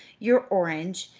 your orange,